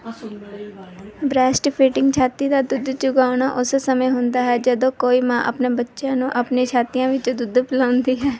breastfeeding ਛਾਤੀ ਦਾ ਦੁੱਧ ਚੁੰਘਾਉਣਾ ਉਸ ਸਮੇਂ ਹੁੰਦਾ ਹੈ ਜਦੋਂ ਕੋਈ ਮਾਂ ਆਪਨੇ ਬੱਚਿਆਂ ਨੂੰ ਆਪਣੀਆਂ ਛਾਤੀਆਂ ਵਿੱਚੋਂ ਦੁੱਧ ਪਲਾਉਂਦੀ ਹੈ